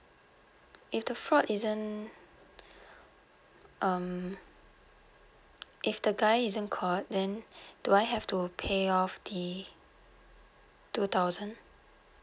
if the fraud isn't um if the guy isn't caught then do I have to pay off the two thousand